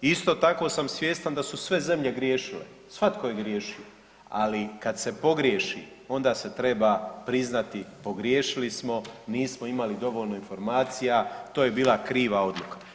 Isto tako sam svjestan da su sve zemlje griješile, svatko je griješio, ali kad se pogriješi onda se treba priznati pogriješili smo, nismo imali dovoljno informacija, to je bila kriva odluka.